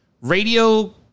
radio